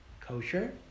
kosher